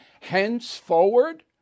henceforward